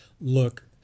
look